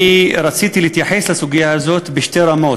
אני רציתי להתייחס לסוגיה הזאת בשתי רמות,